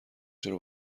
چرا